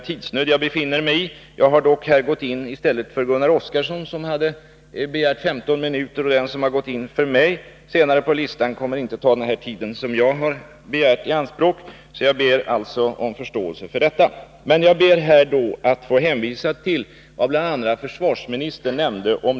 Här skulle jag vilja gå in på frågan om de takpriser på flygplan som man har gjort upp om i avtalet med industrigruppen JAS, vilket också berördes av försvarsministern.